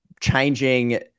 changing